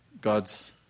God's